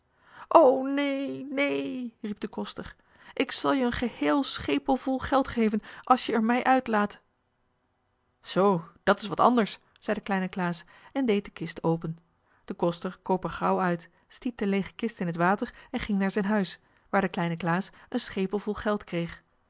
o neen neen riep de koster ik zal je een geheel schepel vol geld geven als je er mij uitlaat zoo dat is wat anders zei de kleine klaas en deed de kist open de koster kroop er gauw uit stiet de leege kist in het water en ging naar zijn huis waar de kleine klaas een schepel vol geld kreeg